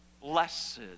Blessed